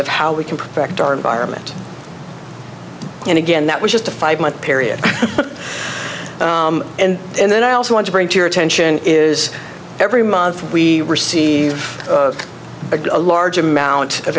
of how we can protect our environment and again that was just a five month period and is then i also want to bring to your attention is every month we receive a large amount of